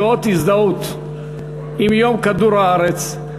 כאות הזדהות עם יום כדור-הארץ,